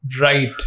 Right